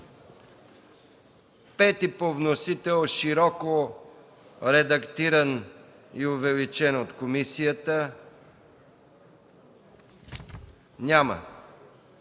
5 по вносител, широко редактиран и увеличен от комисията? Няма.